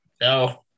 No